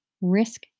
risk